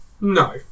No